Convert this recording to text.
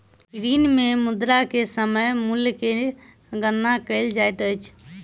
ऋण मे मुद्रा के समय मूल्य के गणना कयल जाइत अछि